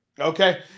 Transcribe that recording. Okay